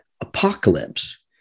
apocalypse